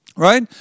Right